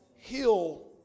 Heal